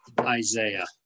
Isaiah